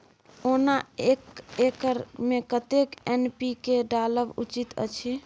ओना एक एकर मे कतेक एन.पी.के डालब उचित अछि?